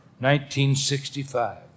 1965